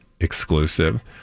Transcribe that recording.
exclusive